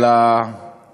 על ההצדעה לראש